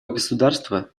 государства